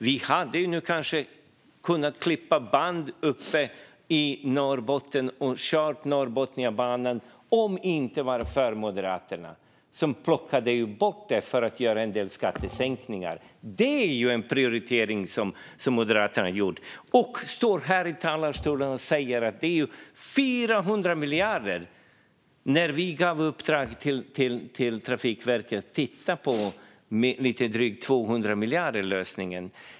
Vi hade kanske kunnat klippa band uppe i Norrbotten och kört på Norrbotniabanan nu. Det var Moderaterna som plockade bort det för att göra en del skattesänkningar. Det är en prioritering som Moderaterna gjorde. Sedan står de här i talarstolen och säger att det handlar om 400 miljarder. Vi gav uppdraget till Trafikverket att titta på lösningen för lite drygt 200 miljarder.